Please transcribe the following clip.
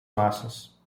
massas